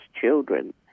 children